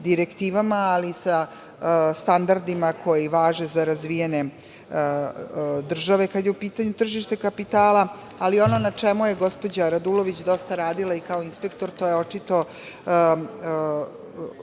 ali i sa standardima koji važe za razvijene države, kada je u pitanju tržište kapitala, ali ono na čemu je gospođa Radulović dosta radila, kao inspektor, je očito